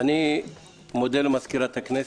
אני מודה למזכירת הכנסת,